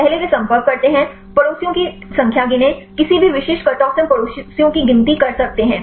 पहले वे संपर्क करते हैं पड़ोसियों की संख्या गिनें किसी भी विशिष्ट कट ऑफ से हम पड़ोसियों की गिनती कर सकते हैं